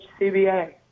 CBA